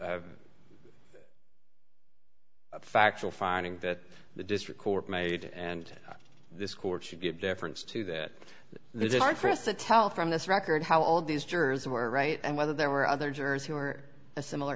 a factual finding that the district court made and this court should give deference to that this is hard for us to tell from this record how all these jurors were right and whether there were other jurors who are a similar